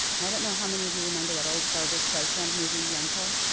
and i don't know how many of you remember that old barbra streisand movie, yentl.